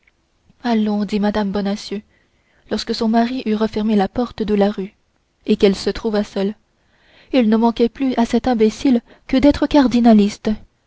allons dit mme bonacieux lorsque son mari eut refermé la porte de la rue et qu'elle se trouva seule il ne manquait plus à cet imbécile que d'être cardinaliste